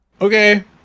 okay